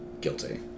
guilty